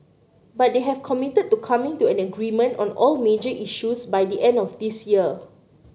but they have committed to coming to an agreement on all major issues by the end of this year